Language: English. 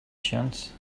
chance